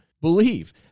believe